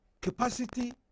capacity